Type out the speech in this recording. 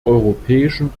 europäischen